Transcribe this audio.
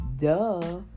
Duh